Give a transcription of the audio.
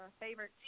favorite